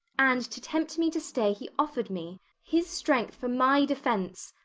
and to tempt me to stay he offered me his strength for my defence,